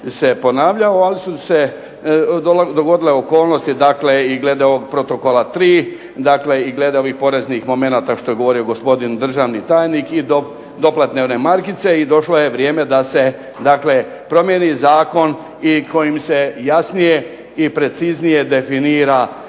ponavljao ali su se dogodile okolnosti i glede ovog Protokola 3. i glede ovih poreznih momenata koje je spomenuo državni tajnik i doplatne markice i došlo je vrijeme da se promijeni Zakon kojim se jasnije i preciznije definira